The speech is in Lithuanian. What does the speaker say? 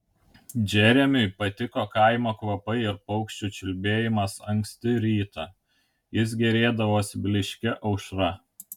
džeremiui patiko kaimo kvapai ir paukščių čiulbėjimas anksti rytą jis gėrėdavosi blyškia aušra